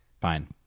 Fine